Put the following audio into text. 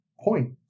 point